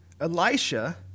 Elisha